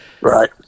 Right